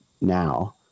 now